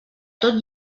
tot